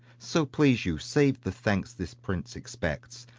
so please you, save the thanks this prince expects.